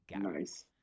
Nice